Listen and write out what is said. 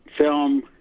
film